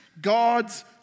God's